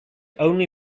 only